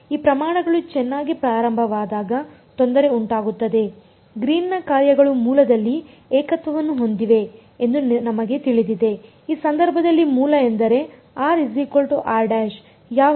ಈ ಪ್ರಮಾಣಗಳು ಚೆನ್ನಾಗಿ ಪ್ರಾರಂಭವಾದಾಗ ತೊಂದರೆ ಉಂಟಾಗುತ್ತದೆ ಗ್ರೀನ್ನ ಕಾರ್ಯಗಳು ಮೂಲದಲ್ಲಿ ಏಕತ್ವವನ್ನು ಹೊಂದಿವೆ ಎಂದು ನಮಗೆ ತಿಳಿದಿದೆ ಈ ಸಂದರ್ಭದಲ್ಲಿ ಮೂಲ ಎಂದರೆ ಯಾವಾಗ